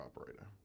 operator